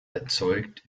erzeugt